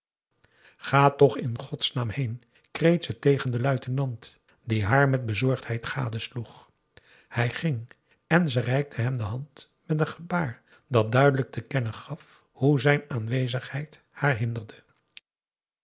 ga toch in godsnaam heen kreet ze tegen den luitenant die haar met bezorgdheid gadesloeg hij ging en ze reikte hem de hand met een gebaar dat duidelijk te kennen gaf hoe zijn aanwezigheid haar hinderde